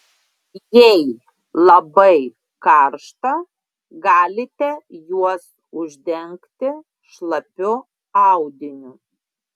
jei labai karšta galite juos uždengti šlapiu audiniu